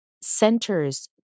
centers